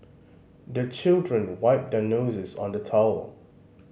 the children wipe their noses on the towel